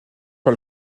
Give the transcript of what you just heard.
par